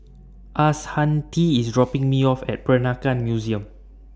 Ashanti IS dropping Me off At Peranakan Museum